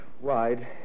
wide